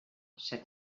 set